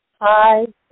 Hi